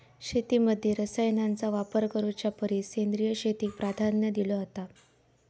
शेतीमध्ये रसायनांचा वापर करुच्या परिस सेंद्रिय शेतीक प्राधान्य दिलो जाता